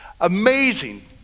Amazing